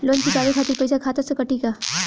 Loan चुकावे खातिर पईसा खाता से कटी का?